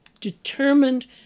determined